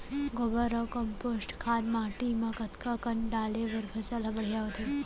गोबर अऊ कम्पोस्ट खाद माटी म कतका कन डाले बर फसल ह बढ़िया होथे?